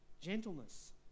gentleness